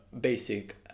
basic